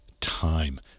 time